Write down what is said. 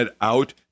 out